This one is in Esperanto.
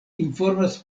informas